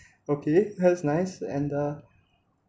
okay that's nice and uh